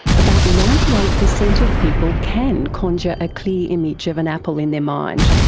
about ninety eight percent of people can conjure a clear image of an apple in their mind,